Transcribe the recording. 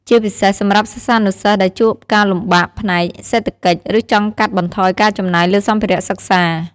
ជាពិសេសសម្រាប់សិស្សានុសិស្សដែលជួបការលំបាកផ្នែកសេដ្ឋកិច្ច ឬចង់កាត់បន្ថយការចំណាយលើសម្ភារៈសិក្សា។